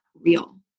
real